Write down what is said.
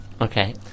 Okay